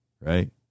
right